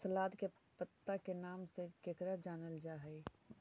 सलाद के पत्ता के नाम से केकरा जानल जा हइ?